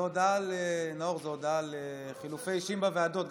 נאור, זו הודעה על חילופי אישים בוועדות.